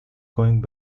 going